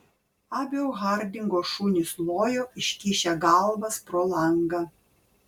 abio hardingo šunys lojo iškišę galvas pro langą